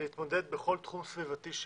להתמודד בכל תחום סביבתי שהוא,